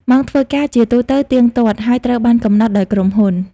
ម៉ោងធ្វើការជាទូទៅទៀងទាត់ ហើយត្រូវបានកំណត់ដោយក្រុមហ៊ុន។